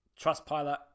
Trustpilot